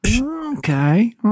Okay